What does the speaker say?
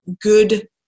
good